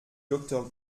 docteur